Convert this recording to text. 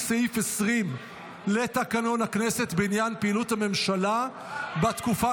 סעיף 20 לתקנון הכנסת בעניין פעילות הממשלה בתקופה